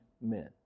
men